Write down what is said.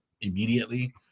immediately